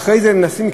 ואחרי זה מנסים,